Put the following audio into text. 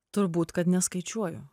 turbūt kad neskaičiuoju